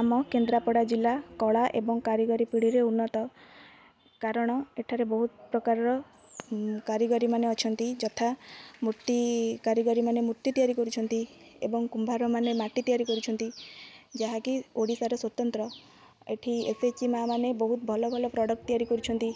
ଆମ କେନ୍ଦ୍ରାପଡ଼ା ଜିଲ୍ଲା କଳା ଏବଂ କାରିଗରୀ ପିଢ଼ିରେ ଉନ୍ନତ କାରଣ ଏଠାରେ ବହୁତ ପ୍ରକାରର କାରିଗରୀ ମାନେ ଅଛନ୍ତି ଯଥା ମୂର୍ତ୍ତି କାରିଗରୀ ମାନେ ମୂର୍ତ୍ତି ତିଆରି କରୁଛନ୍ତି ଏବଂ କୁମ୍ଭାରମାନେ ମାଟି ତିଆରି କରୁଛନ୍ତି ଯାହା କି ଓଡ଼ିଶାରେ ସ୍ୱତନ୍ତ୍ର ଏଠି ଏସ୍ ଏଚ୍ ଜି ମା ମାନେ ବହୁତ ଭଲ ଭଲ ପ୍ରଡ଼କ୍ଟ୍ ତିଆରି କରୁଛନ୍ତି